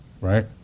right